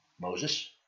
Moses